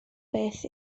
beth